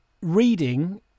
reading